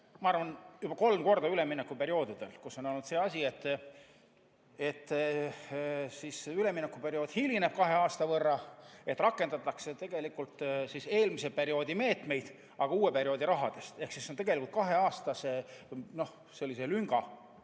ma arvan, juba kolm korda üleminekuperioodidel, kus on see asi, et ülemineku periood hilineb kahe aasta võrra, et rakendatakse tegelikult eelmise perioodi meetmeid, aga uue perioodi rahadest. Ehk siis see on tegelikult kaheaastase sellise lünga